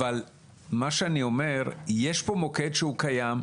אבל אני אומר שיש פה מוקד קיים,